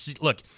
Look